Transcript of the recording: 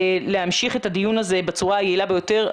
להמשיך את הדיון הזה בצורה היעילה ביותר.